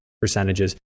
percentages